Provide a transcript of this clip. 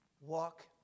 Walk